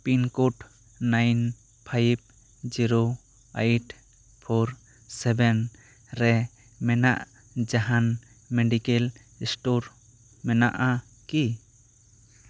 pin code nine five zero eight four seven ᱨᱮ ᱢᱮᱱᱟᱜ ᱡᱟᱦᱟᱸᱱ ᱢᱮᱹᱰᱤᱠᱮᱞ ᱥᱴᱳᱨ ᱢᱮᱱᱟᱜᱼᱟ ᱠᱤ